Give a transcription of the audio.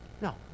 No